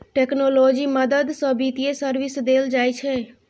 technology मदद सँ बित्तीय सर्विस देल जाइ छै